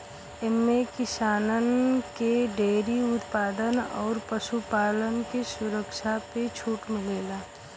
एम्मे किसानन के डेअरी उत्पाद अउर पशु पालन के सुविधा पे छूट मिलेला